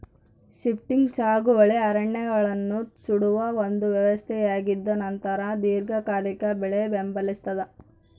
shifting ಸಾಗುವಳಿ ಅರಣ್ಯಗಳನ್ನು ಸುಡುವ ಒಂದು ವ್ಯವಸ್ಥೆಯಾಗಿದ್ದುನಂತರ ದೀರ್ಘಕಾಲಿಕ ಬೆಳೆ ಬೆಂಬಲಿಸ್ತಾದ